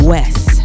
West